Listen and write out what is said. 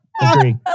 Agree